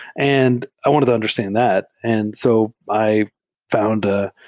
and i wanted to understand that. and so i found ah